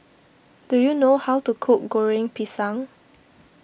do you know how to cook Goreng Pisang